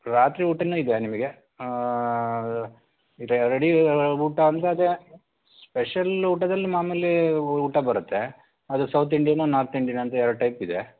ರಾತ್ರಿ ಊಟನೂ ಇದೆಯಾ ನಿಮಗೆ ರೆಡಿ ಊಟ ಅಂದರೆ ಅದೇ ಸ್ಪೆಷಲ್ ಊಟದಲ್ಲಿ ಮಾಮೂಲಿ ಊಟ ಬರುತ್ತೆ ಅದು ಸೌತ್ ಇಂಡಿಯನ್ನು ನಾರ್ತ್ ಇಂಡಿಯನ್ನು ಅಂತ ಎರಡು ಟೈಪಿದೆ